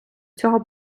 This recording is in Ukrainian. цього